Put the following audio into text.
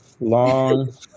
long